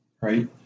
right